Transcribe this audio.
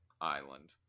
island